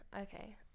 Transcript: Okay